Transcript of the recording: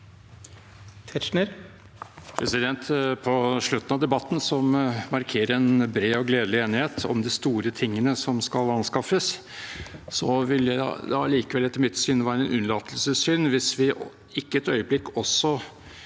På slutten av debatten, som markerer en bred og gledelig enighet om de store tingene som skal anskaffes, vil det allikevel etter mitt syn være en unnlatelsessynd hvis vi ikke et øyeblikk også